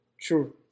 true